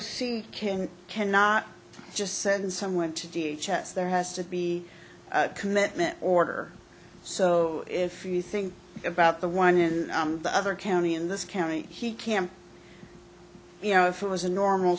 c kin cannot just send someone to d h s there has to be a commitment order so if you think about the one in the other county in this county he can you know if it was a normal